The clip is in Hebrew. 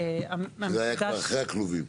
זה היה כבר אחרי הכלובים.